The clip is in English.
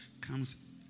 comes